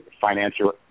financial